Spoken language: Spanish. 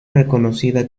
reconocida